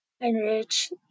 enrich